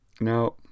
Now